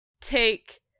take